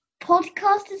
podcasters